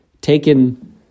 taken –